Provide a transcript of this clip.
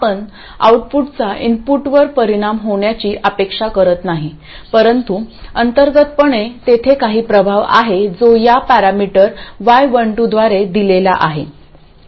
आपण आऊटपुटचा इनपुटवर परिणाम होण्याची अपेक्षा करत नाही परंतु अंतर्गतपणे तेथे काही प्रभाव आहे जो या पॅरामीटर y12 द्वारे दिलेला आहे